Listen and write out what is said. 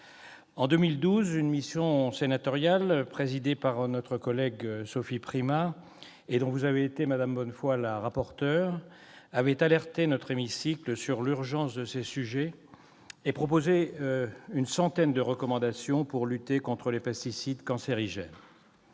En 2012, une mission sénatoriale, présidée par notre collègue Sophie Primas et dont vous avez été, madame Bonnefoy, la rapporteur, avait alerté notre hémicycle sur l'urgence de ces sujets et proposé une centaine de recommandations pour lutter contre les pesticides cancérigènes.